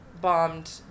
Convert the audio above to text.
bombed